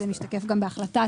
זה משתקף גם בהחלטת